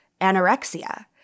anorexia